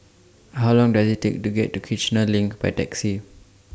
How Long Does IT Take to get to Kiichener LINK By Taxi